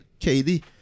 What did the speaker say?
KD